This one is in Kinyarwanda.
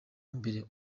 mbere